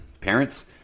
parents